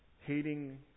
hating